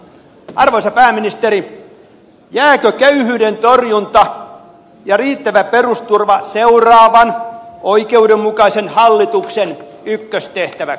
arvoisa pääministeri jääkö köyhyyden torjunta ja riittävä perusturva seuraavan oikeudenmukaisen hallituksen ykköstehtäväksi